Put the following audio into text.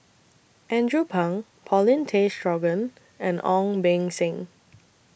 Andrew Phang Paulin Tay Straughan and Ong Beng Seng